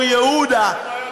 ואף באור-יהודה,